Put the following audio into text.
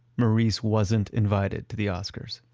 maurice wasn't invited to the oscars.